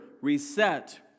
reset